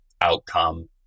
outcome